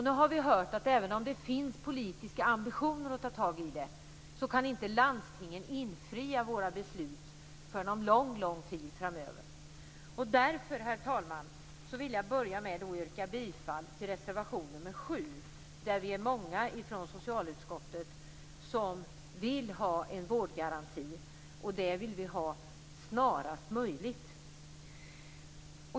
Nu har vi hört att även om det finns politiska ambitioner att ta tag i den kan inte landstingen infria våra beslut förrän om lång tid framöver. Därför, herr talman, vill jag börja med att yrka bifall till reservation nr 7, där vi är många från socialutskottet som vill ha en vårdgaranti och det vill vi ha snarast möjligt.